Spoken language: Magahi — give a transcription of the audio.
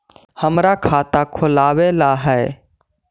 हमरा खाता खोलाबे ला है?